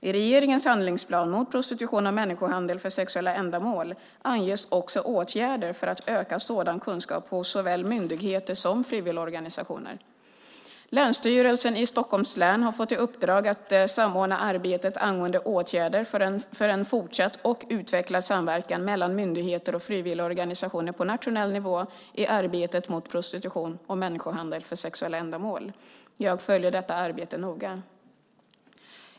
I regeringens handlingsplan mot prostitution och människohandel för sexuella ändamål anges också åtgärder för att öka sådan kunskap hos såväl myndigheter som frivilligorganisationer. Länsstyrelsen i Stockholms län har fått i uppdrag att samordna arbetet angående åtgärder för en fortsatt och utvecklad samverkan mellan myndigheter och frivilligorganisationer på nationell nivå i arbetet mot prostitution och människohandel för sexuella ändamål. Jag följer detta arbete noga.